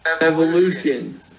evolution